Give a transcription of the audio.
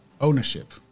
Ownership